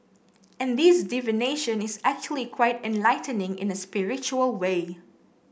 and this divination is actually quite enlightening in a spiritual way